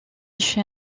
chez